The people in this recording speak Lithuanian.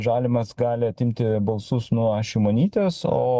žalimas gali atimti balsus nuo šimonytės o